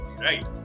right